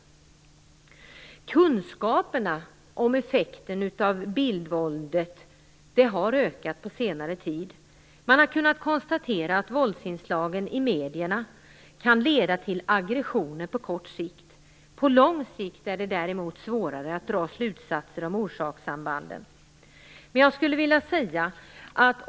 Kunskaperna om effekterna av bildvåldet har ökat på senare tid. Man har kunnat konstatera att våldsinslagen i medierna kan leda till aggressioner på kort sikt. På lång sikt är det däremot svårare att dra slutsatser om orsakssambanden.